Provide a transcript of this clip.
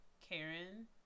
Karen